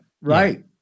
right